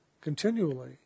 continually